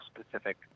specific